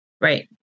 Right